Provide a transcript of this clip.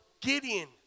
Gideon